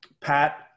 Pat